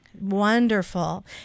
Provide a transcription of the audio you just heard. Wonderful